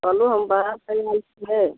चलू हम